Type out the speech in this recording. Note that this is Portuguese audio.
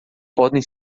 podem